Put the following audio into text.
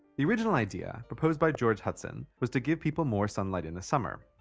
the original idea, proposed by george hudson, was to give people more sunlight in the summer.